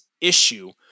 issue